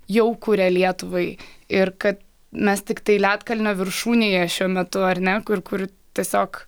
jau kuria lietuvai ir kad mes tiktai ledkalnio viršūnėje šiuo metu ar ne kur kur tiesiog